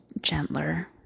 gentler